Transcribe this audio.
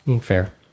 fair